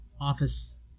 office